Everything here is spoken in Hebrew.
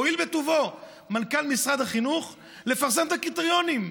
הואיל בטובו מנכ"ל משרד החינוך לפרסם את הקריטריונים.